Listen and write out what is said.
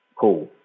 Cool